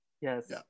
yes